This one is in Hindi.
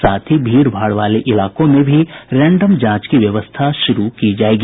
साथ ही भीड़ भाड़ वाले इलाकों में भी रैंडम जांच की व्यवस्था शुरू की जायेगी